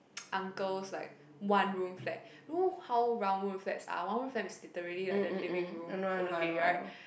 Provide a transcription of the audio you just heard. uncle's like one room flat you know how one room flats are one room flats are literally like there living room only right